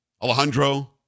Alejandro